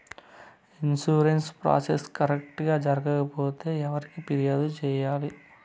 insurance process correct గా జరగకపోతే ఎవరికి ఫిర్యాదు సేయాలి